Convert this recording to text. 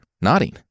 nodding